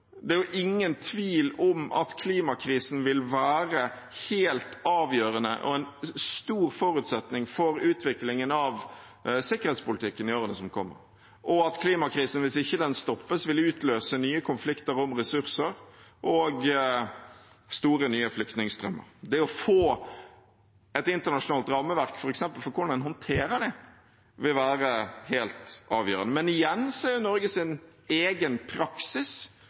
Det er jo ingen tvil om at klimakrisen vil være helt avgjørende og en stor forutsetning for utviklingen av sikkerhetspolitikken i årene som kommer, og at klimakrisen, hvis den ikke stoppes, vil utløse nye konflikter om ressurser og store nye flyktningstrømmer. Det å få et internasjonalt rammeverk f.eks. for hvordan en håndterer det, vil være helt avgjørende. Men igjen er Norges egen praksis